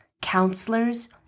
counselors